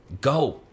go